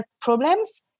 problems